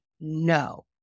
no